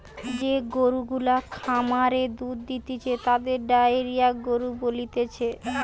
যে গরু গুলা খামারে দুধ দিতেছে তাদের ডেয়ারি গরু বলতিছে